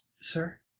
Sir